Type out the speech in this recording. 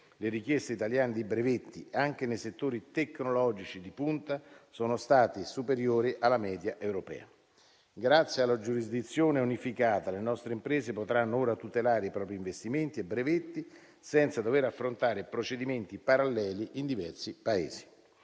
le richieste italiane di brevetti, anche nei settori tecnologici di punta, sono state superiori alla media europea. Grazie alla giurisdizione unificata, le nostre imprese potranno ora tutelare i propri investimenti e brevetti senza dover affrontare procedimenti paralleli in diversi Paesi.